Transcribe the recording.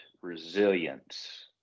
resilience